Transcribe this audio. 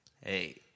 hey